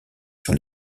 sur